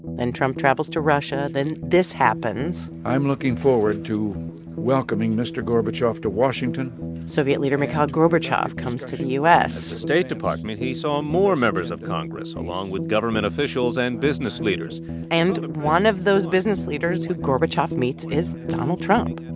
then trump traveled to russia. then this happens i'm looking forward to welcoming mr. gorbachev to washington soviet leader mikhail gorbachev comes to the u s at the state department, he saw more members of congress along with government officials and business leaders and one of those business leaders who gorbachev meets is donald trump. and